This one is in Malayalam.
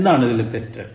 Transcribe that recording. എന്താണ് ഇതിലെ തെറ്റ്